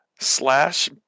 Slash